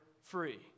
free